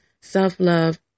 self-love